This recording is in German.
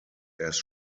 erst